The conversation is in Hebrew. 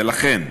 ולכן,